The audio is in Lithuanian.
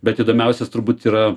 bet įdomiausias turbūt yra